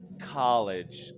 college